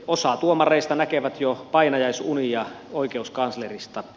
osa tuomareista näkee jo painajaisunia oikeuskanslerista